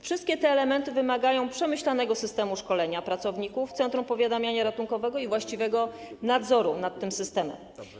Wszystkie te elementy wymagają przemyślanego systemu szkolenia pracowników centrum powiadamiania ratunkowego i właściwego nadzoru nad tym systemem.